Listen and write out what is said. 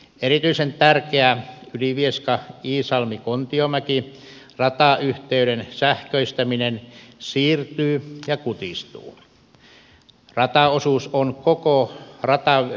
erityisen tärkeä yli vieskaiisalmikontiomäki ratayhteyden sähköistäminen siirtyy ja kutistuu